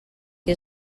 que